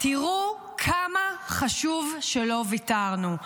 תראו כמה חשוב שלא ויתרנו.